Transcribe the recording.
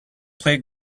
played